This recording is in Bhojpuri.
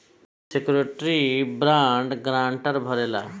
श्योरिटी बॉन्ड गराएंटर भरेला